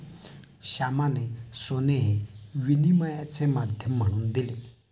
श्यामाने सोने हे विनिमयाचे माध्यम म्हणून दिले